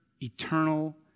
eternal